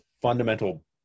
fundamental